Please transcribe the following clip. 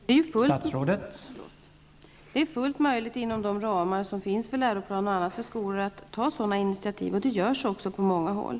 Herr talman! Det är fullt möjligt för skolor att ta sådana initiativ inom de ramar som finns i läroplan och annat. Det görs också på många håll.